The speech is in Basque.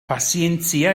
pazientzia